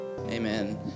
Amen